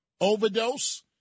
overdose